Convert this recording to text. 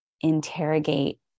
interrogate